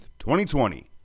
2020